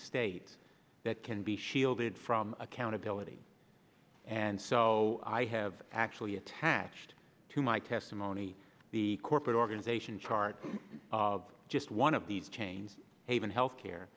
states that can be shielded from accountability and so i have actually attached to my testimony the corporate organization chart of just one of these chains haven health care